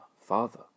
father